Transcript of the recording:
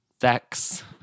Sex